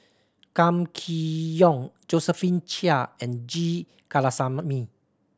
Kam Kee Yong Josephine Chia and G Kandasamy